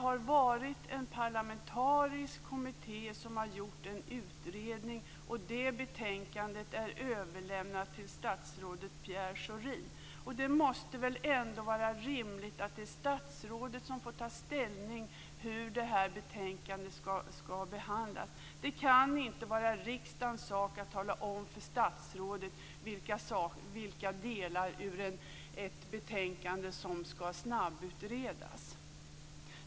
En parlamentarisk kommitté har gjort en utredning. Det betänkandet är överlämnat till statsrådet Pierre Schori. Det måste väl ändå vara rimligt att det är statsrådet som får ta ställning till hur betänkandet skall behandlas. Det kan inte vara riksdagens sak att tala om för statsrådet vilka delar i ett betänkande som skall snabbutredas.